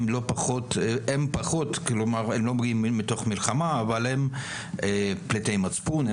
הם לא באים מתוך מלחמה אבל הם פליטי מצפון,